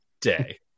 day